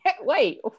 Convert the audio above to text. Wait